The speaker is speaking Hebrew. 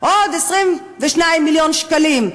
עוד 22 מיליון שקלים,